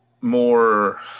more